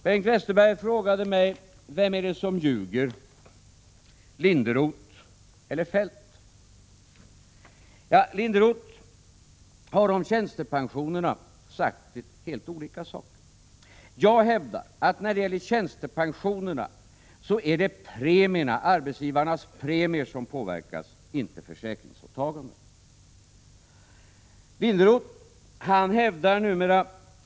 Bengt Westerberg frågade mig: Vem är det som ljuger, Linderoth eller Feldt? Linderoth har om tjänstepensionerna sagt helt olika saker. Jag hävdar att när det gäller tjänstepensionerna är det premierna som påverkas, inte försäkringsåtagandena.